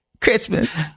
Christmas